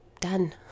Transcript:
done